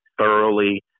thoroughly